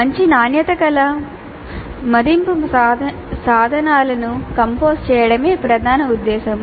మంచి నాణ్యత గల మదింపు సాధనాలను కంపోజ్ చేయడమే ప్రధాన ఉద్దేశ్యం